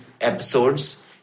episodes